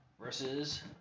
versus